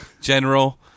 general